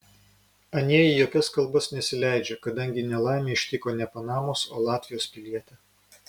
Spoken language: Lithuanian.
anie į jokias kalbas nesileidžia kadangi nelaimė ištiko ne panamos o latvijos pilietį